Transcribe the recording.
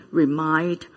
remind